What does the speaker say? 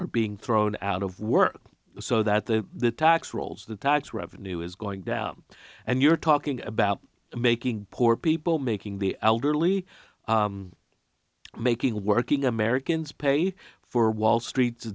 are being thrown out of work so that the tax rolls the tax revenue is going down and you're talking about making poor people making the elderly making working americans pay for wall street's